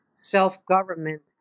self-government